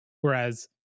whereas